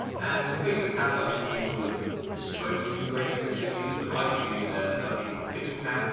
and so facebook have like a new sort of bespoke integration that they use, but i just use a plug-in called pixel cat.